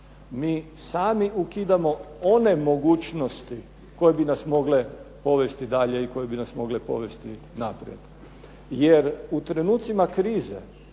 Mi sami ukidamo one mogućnosti koje bi nas mogle povesti dalje i koje bi nas mogle povesti naprijed. Jer u trenucima krize